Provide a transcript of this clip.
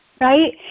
right